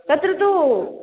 तत्र तु